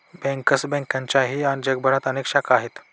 bankers बँकेच्याही जगभरात अनेक शाखा आहेत